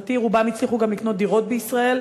לשמחתי רובם הצליחו גם לקנות דירות בישראל,